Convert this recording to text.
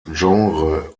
genre